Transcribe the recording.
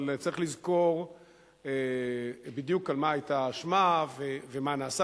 אבל צריך לזכור בדיוק על מה היתה האשמה ומה נעשה.